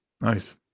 nice